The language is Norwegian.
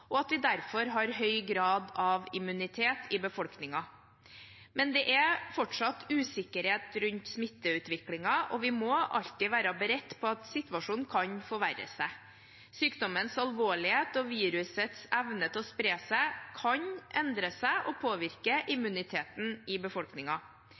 og at vi derfor har høy grad av immunitet i befolkningen. Men det er fortsatt usikkerhet rundt smitteutviklingen, og vi må alltid være beredt på at situasjonen kan forverre seg. Sykdommens alvorlighet og virusets evne til å spre seg kan endre seg og påvirke